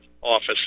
office